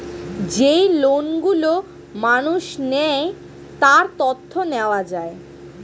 যেই লোন গুলো মানুষ নেয়, তার তথ্য নেওয়া যায়